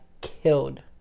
killed